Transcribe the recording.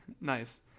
Nice